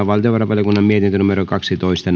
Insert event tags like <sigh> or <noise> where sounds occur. <unintelligible> valtiovarainvaliokunnan mietintö kaksitoista <unintelligible>